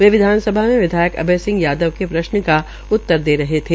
वे विधानसभा में विधायक अभय सिंह यादव के प्रश्न का उत्तर दे रहे थे